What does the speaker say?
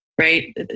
right